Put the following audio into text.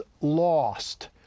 lost